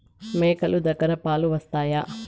మేక లు దగ్గర పాలు వస్తాయా?